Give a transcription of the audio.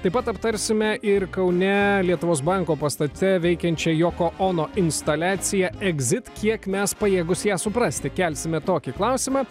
taip pat aptarsime ir kaune lietuvos banko pastate veikiančia joko ono instaliacija egzit kiek mes pajėgūs ją suprasti kelsime tokį klausimą